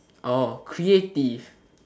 oh creative